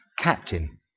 Captain